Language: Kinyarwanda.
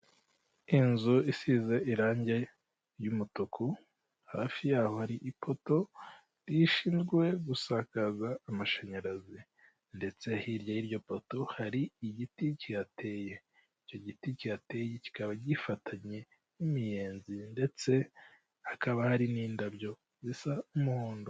Inzu isize irangi ry'umutuku, hafi yaho hari ipoto rishinzwe gusakaza amashanyarazi, ndetse hirya y'iryo poto hari igiti kihateye, icyo giti kihateye kikaba gifatanye n'imiyenzi ndetse hakaba hari n'indabyo zisa n'umuhondo.